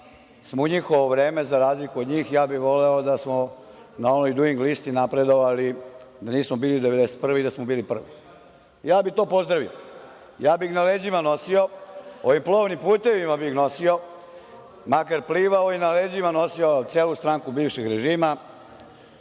sam u njihovo vreme, za razliku od njih, ja bih voleo da smo na ovoj Duing listi napredovali, da nismo bili 91. da smo bili prvi. Ja bih to pozdravio. Ja bih na leđima nosio, ovim plovnim putevima bi ih nosio, makar plivao i na leđima nosio celu stranku bivšeg režima